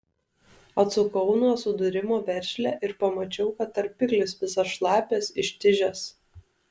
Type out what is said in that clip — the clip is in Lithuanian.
atsukau nuo sudūrimo veržlę ir pamačiau kad tarpiklis visas šlapias ištižęs